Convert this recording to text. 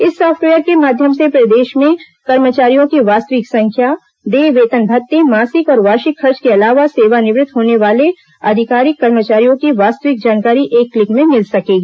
इस सॉफ्टवेयर के माध्यम से प्रदेश में कर्मचारियों की वास्तविक संख्या देय वेतन भत्ते मासिक और वार्षिक खर्च के अलावा सेवानिवृत होने वाले अधिकारी कर्मचारियों की वास्तविक जानकारी एक क्लिक में मिल सकेगी